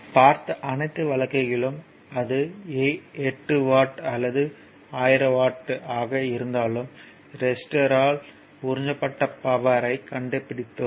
பார்த்த அனைத்து வழக்குகளிலும் அது 8 வாட் அல்லது 1000 வாட் ஆக இருந்தாலும் ரெசிஸ்டர்யால் உறிஞ்சப்பட்ட பவர் ஐ கண்டு பிடித்தோம்